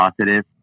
positive